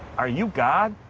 are you god?